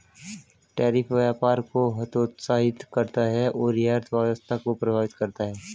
tariff व्यापार को हतोत्साहित करता है और यह अर्थव्यवस्था को प्रभावित करता है